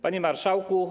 Panie Marszałku!